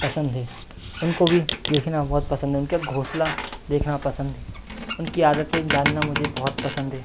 पसंद है उनको भी देखना बहुत पसंद है उनका घोंसला देखना पसंद है उनकी आदतें जानना मुझे बहुत पसंद है